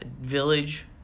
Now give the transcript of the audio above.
Village